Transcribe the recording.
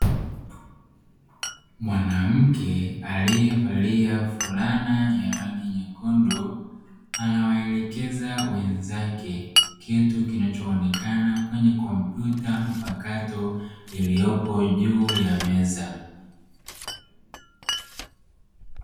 Mwanamke alievalia fulana ya rangi nyekundu, anawaelekeza wenzake kitu kinachoonekana kwenye kompyuta mpakato iliyopo juu ya meza.